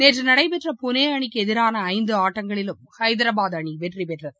நேற்றுடைபெற்ற புனேஅணிக்குஎதிரானஐந்துஆட்டங்களிலும் ஹைதராபாத் அணிவெற்றிபெற்றது